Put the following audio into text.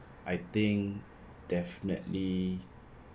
I think definitely